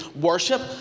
worship